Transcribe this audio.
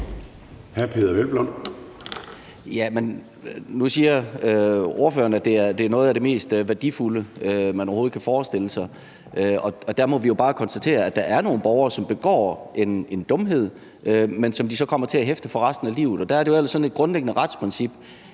nu siger ordføreren, at det er noget af det mest værdifulde, man overhovedet kan forestille sig. Og der må vi bare konstatere, at der er nogle borgere, som begår en dumhed, som de så kommer til at hæfte for resten af livet. Og der er det ellers sådan et grundlæggende retsprincip,